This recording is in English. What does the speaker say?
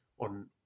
on